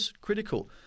critical